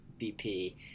bp